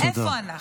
איפה אנחנו?